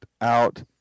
out